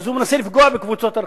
אז הוא מנסה לפגוע בקבוצות הרכישה.